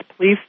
Please